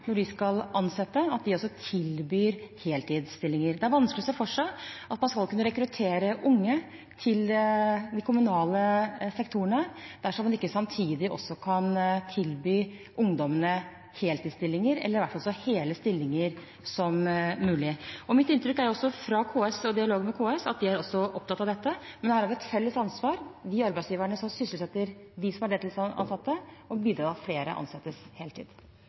de tilbyr heltidsstillinger. Det er vanskelig å se for seg at man skal kunne rekruttere unge til de kommunale sektorene dersom man ikke samtidig kan tilby ungdommene heltidsstillinger, eller i hvert fall så hele stillinger som mulig. Mitt inntrykk fra dialogen med KS er at de også er opptatt av dette. Det må være et felles ansvar for de arbeidsgiverne som sysselsetter de deltidsansatte, å bidra til at flere ansettes